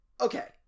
okay